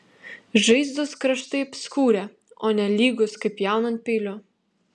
žaizdos kraštai apskurę o ne lygūs kaip pjaunant peiliu